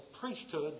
priesthood